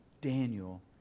Daniel